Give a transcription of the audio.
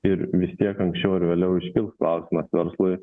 ir vis tiek anksčiau ar vėliau iškils klausimas verslui